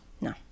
No